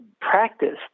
practiced